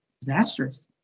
disastrous